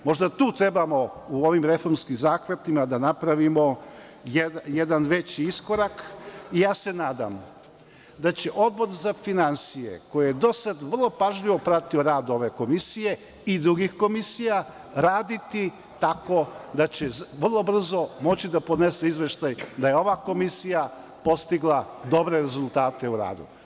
Možda tu trebamo u ovim reformskim zahvatima da napravimo jedan veći iskorak i ja se nadam da će Odbor za finansije, koji je do sada vrlo pažljivo pratio rad ove komisije i drugih komisija, raditi tako da će vrlo brzo moći da podnese izveštaj da je ova komisija postigla dobre rezultate u radu.